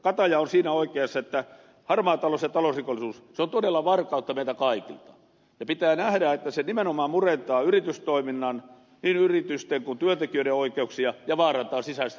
kataja on siinä oikeassa että harmaa talous ja talousrikollisuus ovat todella varkautta meiltä kaikilta ja pitää nähdä että ne nimenomaan murentavat yritystoimintaa niin yritysten kuin työntekijöiden oikeuksia ja vaarantavat sisäistä turvallisuutta